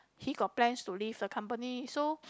he got plans to leave the company so